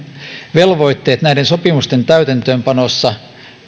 velvoitteet näiden sopimusten täytäntöönpanossa